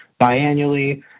biannually